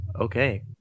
Okay